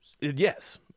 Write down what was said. Yes